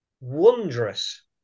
wondrous